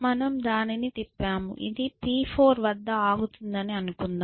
మనము దానిని తిప్పాము ఇది P4 వద్ద ఆగుతుందని అనుకుందాం